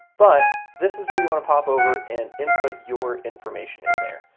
but this is where you wanna pop over and input your information in there.